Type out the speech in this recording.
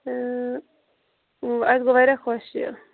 اَسہِ گوٚۄ واریاہ خۄش یہِ